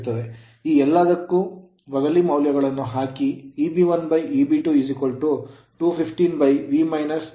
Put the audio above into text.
ಈ ಎಲ್ಲದಕ್ಕೂ ಬದಲಿ ಮೌಲ್ಯಗಳನ್ನು ಹಾಕಿ Eb1Eb2215V 18